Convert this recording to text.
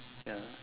ya